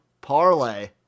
parlay